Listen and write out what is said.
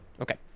Okay